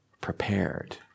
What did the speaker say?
prepared